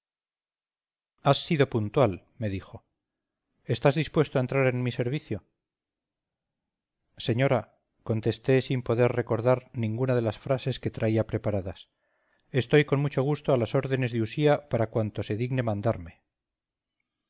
has sido puntual me dijo estás dispuesto a entrar en mi servicio señora contesté sin poder recordar ninguna de las frases que traía preparadas estoy con mucho gusto a las órdenes de usía para cuanto se digne mandarme